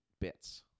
bits